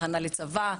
הכנה לצבא,